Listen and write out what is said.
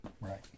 right